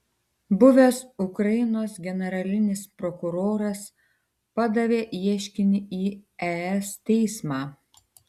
buvęs ukrainos generalinis prokuroras padavė ieškinį į es teismą